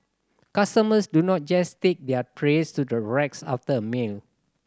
customers do not just take their trays to the racks after a meal